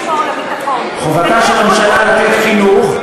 לשמור על הביטחון חובתה של הממשלה לתת חינוך,